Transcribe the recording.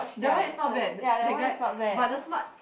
that one is not bad that guy but the smart